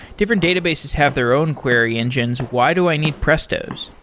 different databases have their own query engines. why do i need prestos?